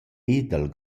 dal